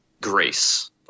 grace